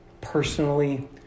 personally